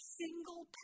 single